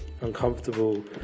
uncomfortable